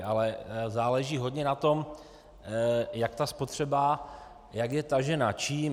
Ale záleží hodně na tom, jak ta spotřeba, jak je tažena, čím.